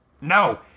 NO